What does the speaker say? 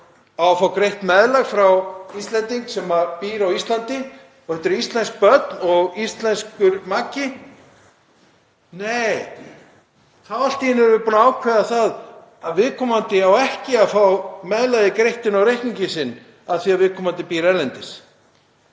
að fá greitt meðlag frá Íslendingi sem býr á Íslandi og þetta eru íslensk börn og íslenskur maki, þá allt í einu erum við búin að ákveða það að viðkomandi eigi ekki að fá meðlagið greitt inn á reikninginn sinn af því að viðkomandi býr erlendis.